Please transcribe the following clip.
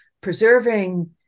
preserving